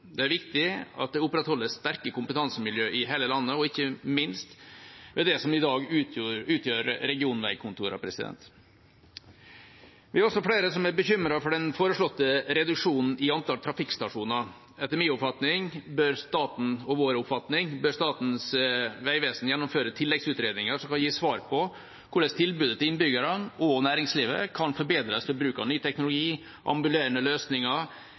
Det er viktig at det opprettholdes sterke kompetansemiljø i hele landet, ikke minst ved det som i dag utgjør regionveikontorene. Vi er også flere som er bekymret for den foreslåtte reduksjonen i antall trafikkstasjoner. Etter vår oppfatning bør Statens vegvesen gjennomføre tilleggsutredninger som kan gi svar på hvordan tilbudet til innbyggerne og næringslivet kan forbedres ved bruk av ny teknologi, ambulerende løsninger